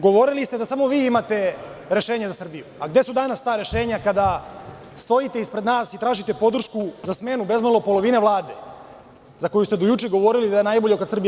Govorili ste da samo vi imate rešenje za Srbiju, a gde su danas ta rešenja kada stojite ispred nas i tražite podršku za smenu, bezmalo polovine Vlade, za koju ste juče govorili da je najbolja za Srbiju.